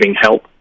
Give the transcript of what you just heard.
help